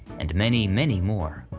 and many many more.